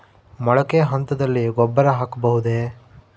ಮೊಳಕೆ ಹಂತದಲ್ಲಿ ಗೊಬ್ಬರ ಹಾಕಬಹುದೇ?